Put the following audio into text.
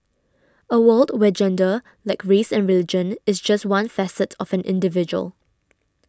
a world where gender like race and religion is just one facet of an individual